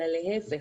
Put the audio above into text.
אלא להיפך.